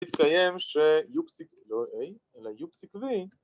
‫התקיים שיופסיק... ‫לא איי, אלא יופסיק וי.